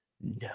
No